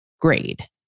grade